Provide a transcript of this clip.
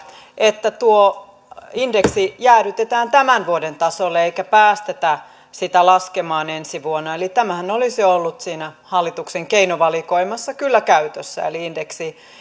että tuo indeksi jäädytetään tämän vuoden tasolle eikä päästetä sitä laskemaan ensi vuonna eli tämähän olisi ollut siinä hallituksen keinovalikoimassa kyllä käytössä indeksi